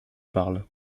parle